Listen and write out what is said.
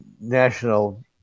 National